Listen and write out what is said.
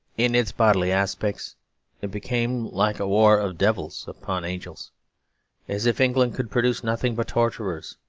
in its bodily aspects it became like a war of devils upon angels as if england could produce nothing but torturers,